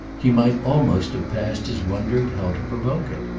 he might almost have passed as wondering how to provoke it.